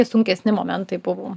sunkesni momentai buvo